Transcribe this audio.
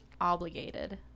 obligated